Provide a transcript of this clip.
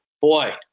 boy